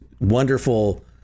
wonderful